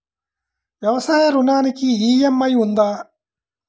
వ్యవసాయ ఋణానికి ఈ.ఎం.ఐ ఉందా?